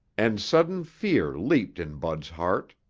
and sudden fear leaped in bud's heart.